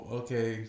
okay